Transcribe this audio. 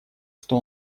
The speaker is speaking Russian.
что